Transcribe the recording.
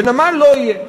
ונמל לא יהיה.